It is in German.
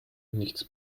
nichts